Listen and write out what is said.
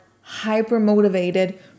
hyper-motivated